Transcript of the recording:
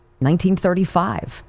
1935